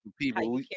people